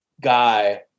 guy